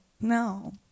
no